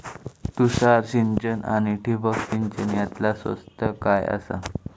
तुषार सिंचन आनी ठिबक सिंचन यातला स्वस्त काय आसा?